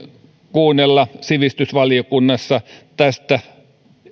kuunnella sivistysvaliokunnassa tästä